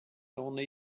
only